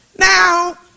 Now